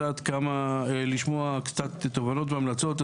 לשמוע קצת תובנות והמלצות,